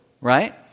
right